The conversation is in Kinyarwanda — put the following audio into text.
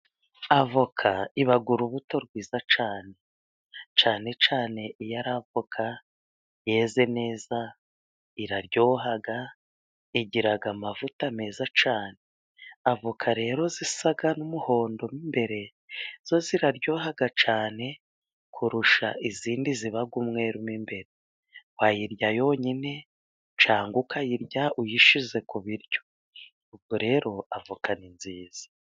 Avoka iba urubuto rwiza cyane. Cyane cyane iyo ari avoka yeze neza, iraryoha, igira amavuta meza cyane. Avoka rero zisa n'umuhondo mo imbere, zo ziraryohaha cyane, kurusha izindi ziba umweru mo imbere. Wayirya yonyine, cyangwa ukayirya uyishize ku biryo. Ubwo rero avoka ni nziza.